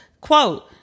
quote